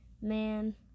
man